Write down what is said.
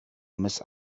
miss